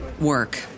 work